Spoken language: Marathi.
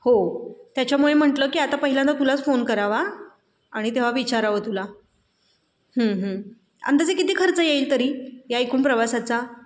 हो त्याच्यामुळे म्हटलं की आता पहिल्यांदा तुलाच फोन करावा आणि तेव्हा विचारावं तुला अंदाजे किती खर्च येईल तरी या एकूण प्रवासाचा